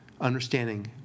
understanding